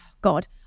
god